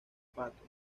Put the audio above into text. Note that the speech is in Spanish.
pato